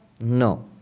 No